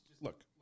look